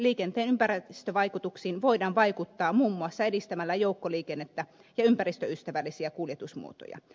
liikenteen ympäristövaikutuksiin voidaan vaikuttaa muun muassa edistämällä joukkoliikennettä ja ympäristöystävällisiä kuljetusmuotoja